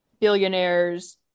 billionaires